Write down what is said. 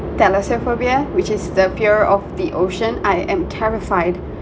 thalassophobia which is the fear of the ocean I am terrified